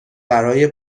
برای